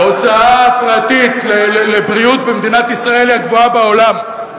ההוצאה הפרטית על בריאות במדינת ישראל היא הגבוהה בעולם,